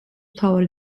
მთავარი